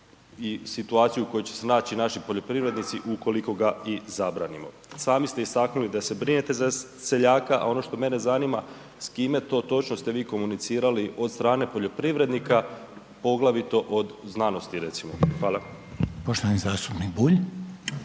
i situaciju u kojoj će se naći naši poljoprivrednici ukoliko ga i zabranimo. Sami ste istaknuli da se brinete za seljaka, a ono što mene zanima s kime to točno ste vi komunicirali od strane poljoprivrednika, poglavito od znanosti recimo. Hvala. **Reiner, Željko